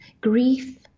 Grief